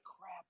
crap